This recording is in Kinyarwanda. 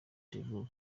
derulo